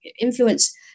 Influence